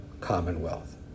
commonwealth